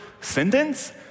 sentence